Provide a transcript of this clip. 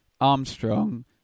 Armstrong